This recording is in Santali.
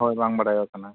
ᱦᱳᱭ ᱵᱟᱝ ᱵᱟᱲᱟᱭᱚᱜ ᱠᱟᱱᱟ